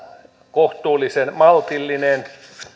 kohtuullisen maltillinen